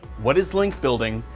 what is link building?